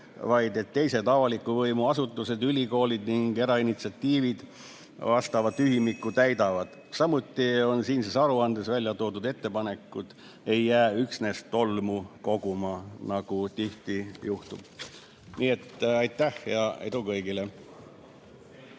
vaid teised avaliku võimu asutused, ülikoolid ning erainitsiatiivid vastava tühimiku täidavad, samuti, et siinses aruandes väljatoodud ettepanekud ei jää üksnes tolmu koguma, nagu tihti juhtub. Aitäh ja edu kõigile!